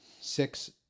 Six